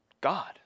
God